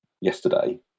yesterday